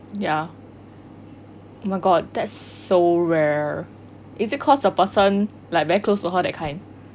ya oh my god that's so rare is it cause the person like very close to her that kind